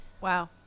Wow